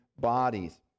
bodies